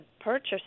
purchase